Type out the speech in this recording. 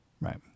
Right